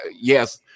yes